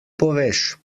poveš